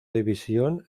división